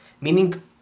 Meaning